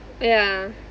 yeah